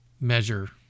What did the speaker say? measure